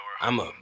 I'ma